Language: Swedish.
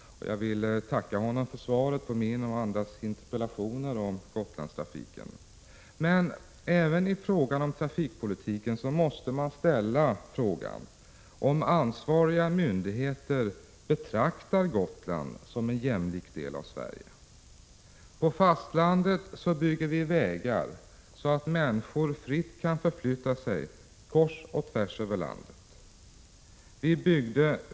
Jag tackar honom för svaret på både min och andra ledamöters interpellationer om Gotlandstrafiken. Men även när det gäller trafikpolitiken måste man ställa frågan om ansvariga myndigheter betraktar Gotland som en jämlik del av Sverige. På fastlandet bygger vi vägar, så att människor fritt kan förflytta sig kors och tvärs över landet.